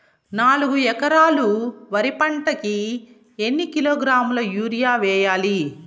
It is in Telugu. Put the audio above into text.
నాలుగు ఎకరాలు వరి పంటకి ఎన్ని కిలోగ్రాముల యూరియ వేయాలి?